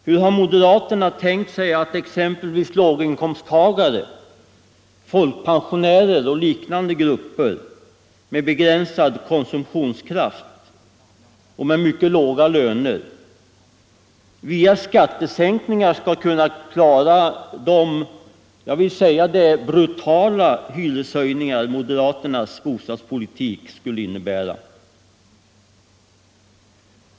Hur har moderaterna tänkt sig att exempelvis låginkomsttagare, folkpensionärer och liknande grupper med begränsad konsumtionskraft via skattesänkningar skall kunna klara de brutala hyreshöjningar som moderaternas bostadspolitik skulle innebära?